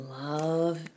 Love